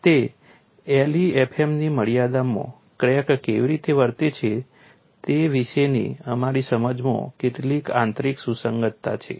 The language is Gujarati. તે LEFM ની મર્યાદામાં ક્રેક કેવી રીતે વર્તે છે તે વિશેની અમારી સમજમાં કેટલીક આંતરિક સુસંગતતા છે